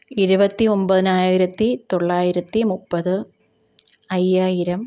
ഇരുപത്തി ഒൻപതിനായിരത്തി തൊള്ളായിരത്തി മുപ്പത് അയ്യായിരം